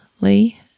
Lee